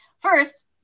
First